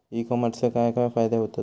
E कॉमर्सचे काय काय फायदे होतत?